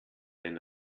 denn